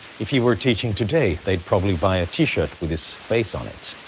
if he were teaching today, they'd probably buy a t-shirt with his face on it.